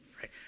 Right